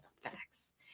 Facts